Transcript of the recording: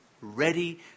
ready